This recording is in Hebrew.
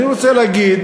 אני רוצה להגיד